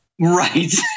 right